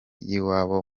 y’iwabo